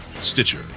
Stitcher